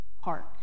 Hark